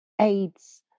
AIDS